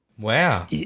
Wow